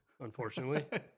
unfortunately